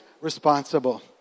responsible